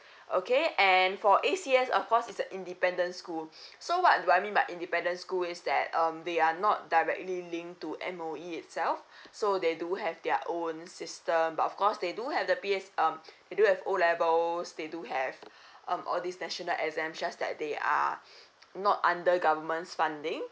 okay and for A_C_S of course it's a independent school so what do I mean by independent school is that um they are not directly linked to M_O_E itself so they do have their own system but of course they do have the p_h um they do have O levels they do have um all these national exam just that they are not under government's funding